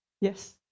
yes